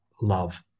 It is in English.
love